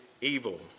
evil